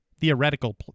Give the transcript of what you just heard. theoretical